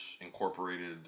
Incorporated